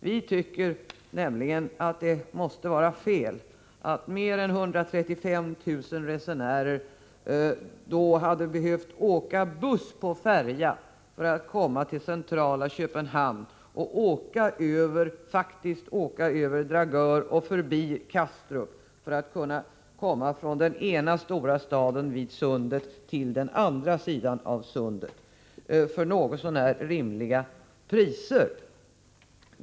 Vi tycker nämligen att det måste vara fel att mer än 135 000 resenärer hade behövt åka buss på färja för att komma till centrala Köpenhamn och att de faktiskt hade varit tvungna att åka över Dragör och förbi Kastrup för att komma från den ena stora staden vid sundet till den andra för något så när rimliga priser.